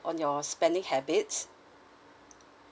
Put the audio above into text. on your spending habits